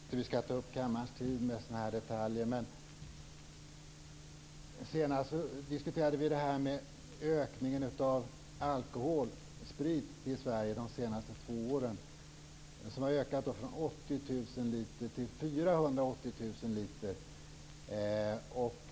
Fru talman! Jag tycker inte att vi skall ta upp kammarens tid med sådana detaljer. Senast diskuterade vi ökningen av alkohol, sprit, till Sverige under de senaste åren. Det har skett en ökning från 80 000 liter till 480 000 liter.